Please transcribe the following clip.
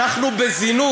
אנחנו בזינוק.